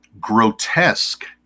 grotesque